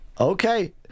Okay